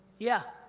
yeah,